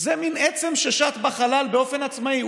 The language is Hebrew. זה מין עצם ששט בחלל באופן עצמאי.